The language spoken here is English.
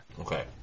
Okay